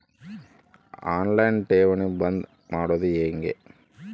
On line ಠೇವಣಿ ಬಂದ್ ಮಾಡೋದು ಹೆಂಗೆ?